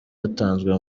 yatanzwe